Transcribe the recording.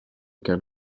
carte